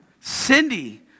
Cindy